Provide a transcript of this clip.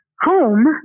home